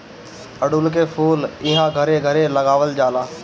अढ़उल के फूल इहां घरे घरे लगावल जाला